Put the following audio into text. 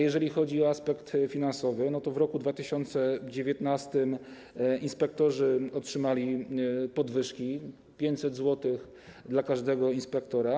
Jeżeli chodzi o aspekt finansowy, to w roku 2019 inspektorzy otrzymali podwyżki - 500 zł dla każdego inspektora.